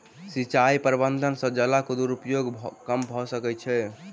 सिचाई प्रबंधन से जलक दुरूपयोग कम भअ सकै छै